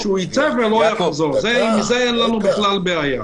עם זה אין לנו בכלל בעיה.